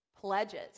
pledges